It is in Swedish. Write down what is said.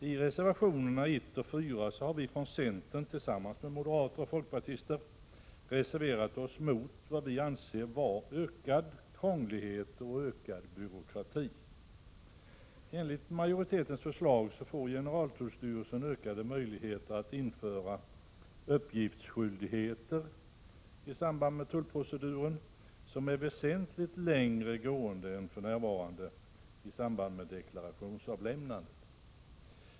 I reservationerna 1 och 4 har vi från centern tillsammans med moderater och folkpartister reserverat oss mot vad vi anser vara ökad krånglighet och ökad byråkrati. Enligt majoritetens förslag får generaltullstyrelsen ökade möjligheter att införa uppgiftsskyldigheter i samband med tullproceduren vilka i samband med deklarationsavlämnandet är väsentligt längre gående än för närvarande.